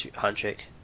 handshake